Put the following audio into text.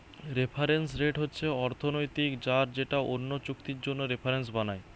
reference rate হচ্ছে অর্থনৈতিক হার যেটা অন্য চুক্তির জন্যে রেফারেন্স বানায়